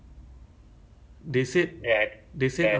for part time mesti commit